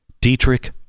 Dietrich